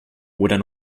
oder